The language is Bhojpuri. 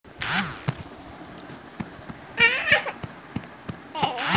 एकर फूल उत्तरी अमेरिका में ढेर होखेला